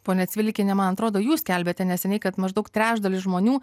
ponia cvilikiene man atrodo jūs skelbiate neseniai kad maždaug trečdalis žmonių